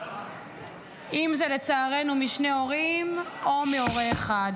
אם זה לצערנו משני הורים או מהורה אחד.